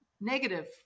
negative